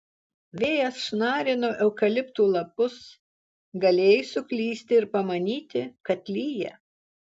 vėjas šnarino eukaliptų lapus galėjai suklysti ir pamanyti kad lyja